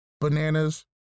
Bananas